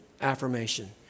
affirmation